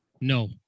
No